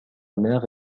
mère